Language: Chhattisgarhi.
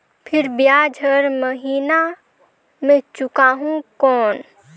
फिर ब्याज हर महीना मे चुकाहू कौन?